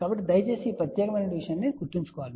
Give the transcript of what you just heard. కాబట్టి దయచేసి ఈ ప్రత్యేకమైన విషయాన్ని గుర్తుంచుకోండి